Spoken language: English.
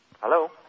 Hello